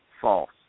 false